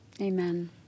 Amen